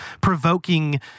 provoking